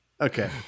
Okay